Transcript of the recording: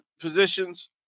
positions